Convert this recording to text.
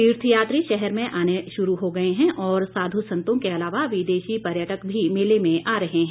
तीर्थ यात्री शहर में आने शुरू हो गए हैं और साध् संतों के अलावा विदेशी पर्यटक भी मेले में आ रहे हैं